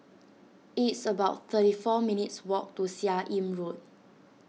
it's about thirty four minutes' walk to Seah Im Road